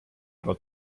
ära